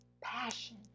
passion